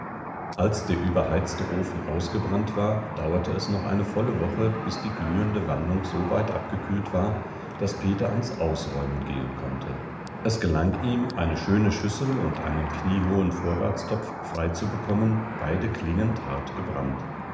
als der überheizte ofen ausgebrannt war dauerte es noch eine volle woche bis die glühende wandung so weit abgekühlt war daß peter ans ausräumen gehen konnte es gelang ihm eine schöne schüssel und einen kniehohen vorratstopf freizubekommen beide klingend hart gebrannt